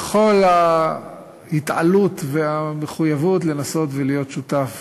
בכל ההתעלות והמחויבות, לנסות להיות שותף